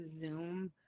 Zoom